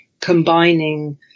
combining